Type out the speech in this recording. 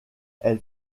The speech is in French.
elle